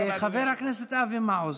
בסדר גמור.